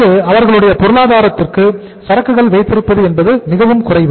அது அவர்களுடைய பொருளாதாரத்திற்கு சரக்குகள் வைத்திருப்பது என்பது மிகவும் குறைவு